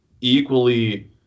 equally